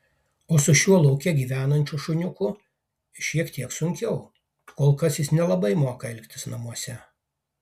o su šiuo lauke gyvenančiu šuniuku šiek tiek sunkiau kol kas jis nelabai moka elgtis namuose